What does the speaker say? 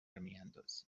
میاندازیم